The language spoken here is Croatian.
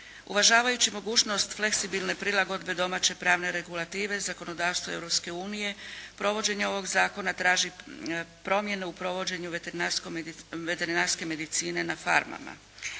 Uvažavajući mogućnost fleksibilne prilagodbe domaće pravne regulative, zakonodavstvo Europske unije provođenje ovog zakona traži promjene u provođenju veterinarske medicine na farmama.